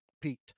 Pete